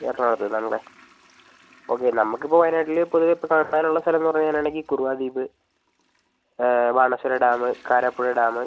എറണാകുളത്ത് നിന്നാണ് അല്ലേ ഓക്കെ നമുക്ക് ഇപ്പോൾ വയനാട്ടിൽ പൊതുവെ ഇപ്പോൾ കറങ്ങാനുള്ള സ്ഥലമെന്ന് പറയാനാണെങ്കിൽ കുറവാ ദ്വീപ് ബാണാസുര ഡാം കാരാപ്പുഴ ഡാം